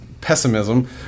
pessimism